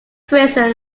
prison